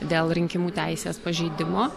dėl rinkimų teisės pažeidimo